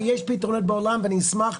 יש פתרונות בעולם ואני אשמח,